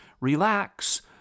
relax